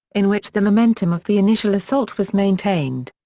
in which the momentum of the initial assault was maintained.